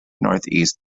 northeast